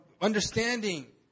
understanding